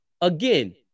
again